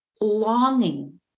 longing